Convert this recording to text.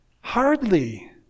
Hardly